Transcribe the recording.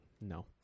no